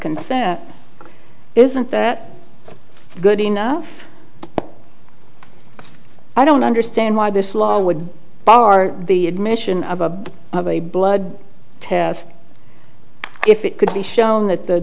consent isn't that good enough i don't understand why this law would bar the admission of a a blood test if it could be shown that the